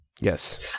Yes